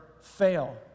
fail